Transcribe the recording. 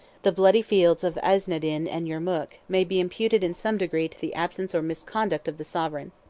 the bloody fields of aiznadin and yermuk, may be imputed in some degree to the absence or misconduct of the sovereign.